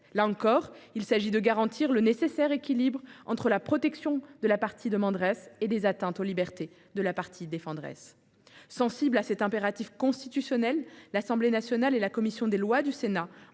Là encore, il s’agit de garantir le nécessaire équilibre entre la protection de la partie demanderesse et les atteintes aux libertés de la partie défenderesse. Sensibles à cet impératif constitutionnel, l’Assemblée nationale et la commission des lois du Sénat